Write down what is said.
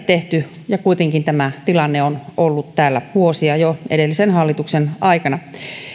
tehty ja kuitenkin tämä tilanne on ollut täällä vuosia jo edellisen hallituksen aikana